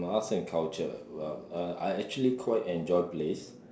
arts and culture well uh I actually quite enjoy place